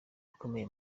ukomeye